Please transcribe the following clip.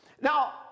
Now